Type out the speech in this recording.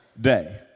day